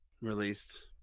released